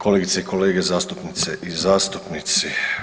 kolegice i kolege zastupnice i zastupnici.